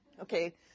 Okay